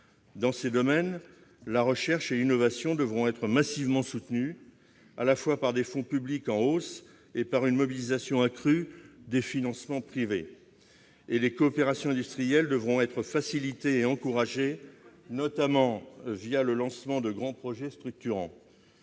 Dans ces domaines, la recherche et l'innovation devront être massivement soutenues, à la fois par des fonds publics en hausse et par une mobilisation accrue des financements privés, et les coopérations industrielles devront être facilitées et encouragées, notamment le lancement de grands projets structurants.